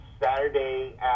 Saturday